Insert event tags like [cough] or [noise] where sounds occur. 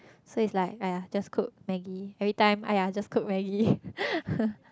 so is like !aiya! just cook Maggi every time !aiya! just cook Maggi [laughs]